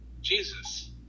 Jesus